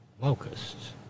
locusts